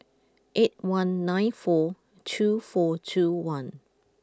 eight one nine four two four two one